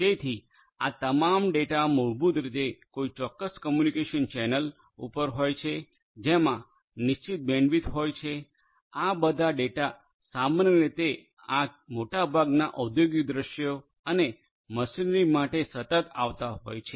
તેથી આ તમામ ડેટા મૂળભૂત રીતે કોઈ ચોક્કસ કમ્યુનિકેશન ચેનલ ઉપર હોય છે જેમાં નિશ્ચિત બેન્ડવિડ્થ હોય છે આ બધા ડેટા સામાન્ય રીતે આ મોટાભાગના ઔદ્યોગિક દૃશ્યો અને મશીનરી માટે સતત આવતા હોય છે